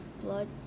blood